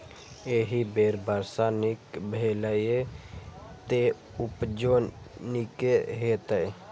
एहि बेर वर्षा नीक भेलैए, तें उपजो नीके हेतै